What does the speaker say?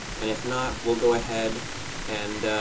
and if not, we'll go ahead and